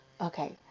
okay